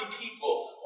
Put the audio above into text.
people